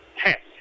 test